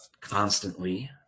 constantly